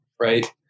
Right